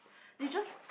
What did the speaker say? they just